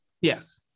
Yes